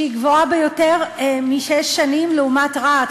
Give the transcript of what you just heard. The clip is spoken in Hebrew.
שהיא גבוהה ביותר משש שנים לעומת רהט,